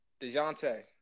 DeJounte